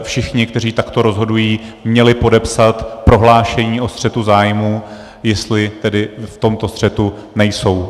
Všichni, kteří takto rozhodují, měli podepsat prohlášení o střetu zájmů, jestli v tomto střetu nejsou.